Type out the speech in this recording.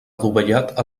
adovellat